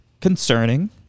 concerning